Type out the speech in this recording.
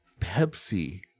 Pepsi